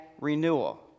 renewal